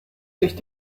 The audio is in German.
sich